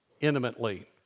intimately